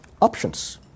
Options